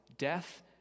Death